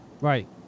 Right